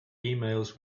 emails